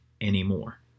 anymore